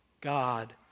God